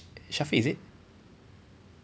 shafiq is it